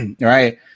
right